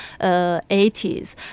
80s